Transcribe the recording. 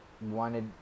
wanted